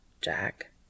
Jack